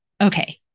Okay